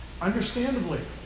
understandably